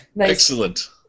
Excellent